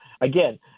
again